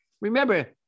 Remember